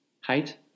height